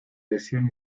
lesión